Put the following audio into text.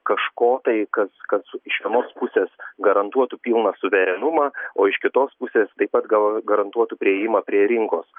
kažko tai kas kad su iš vienos pusės garantuotų pilną suverenumą o iš kitos pusės taip pat gal garantuotų priėjimą prie rinkos